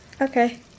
Okay